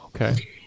Okay